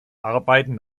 arbeiten